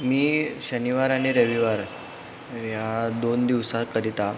मी शनिवार आणि रविवार या दोन दिवसाकरिता